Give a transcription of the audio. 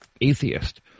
Atheist